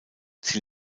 sie